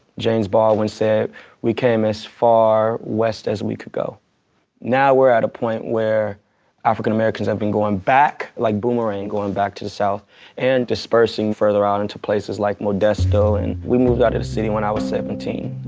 james baldwin said we came as far west as we could go now we're at a point where african-americans have been going back like boomerang, going back to the south and disbursing further out into places like modesto. and we moved out to the city when i was seventeen.